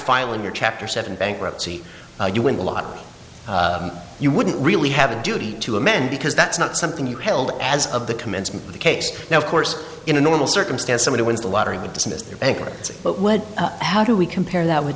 filing your chapter seven bankruptcy you win the lottery you wouldn't really have a duty to amend because that's not something you held as of the commencement of the case now of course in a normal circumstance somebody wins the lottery would dismiss your bankruptcy but what how do we compare that with